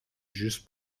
juste